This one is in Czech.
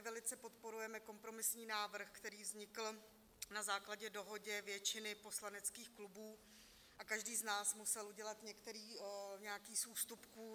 Velice podporujeme kompromisní návrh, který vznikl na základě dohody většiny poslaneckých klubů, a každý z nás musel udělat nějaký z ústupků.